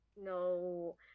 no